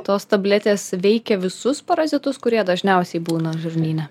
tos tabletės veikia visus parazitus kurie dažniausiai būna žarnyne